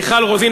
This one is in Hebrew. מיכל רוזין,